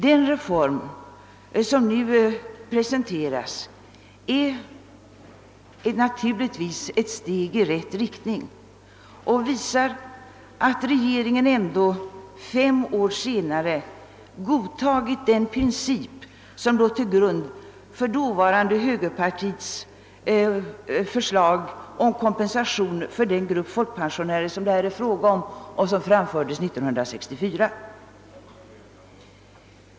Den reform som nu presenteras är naturligtvis ett steg i rätt riktning och visar att regeringen efter fem år godtagit den princip som låg till grund för dåvarande högerpartiets år 1964 framförda förslag om kompensation för den grupp folkpensionärer som det här är fråga om.